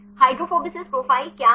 hydrophobicity profile क्या है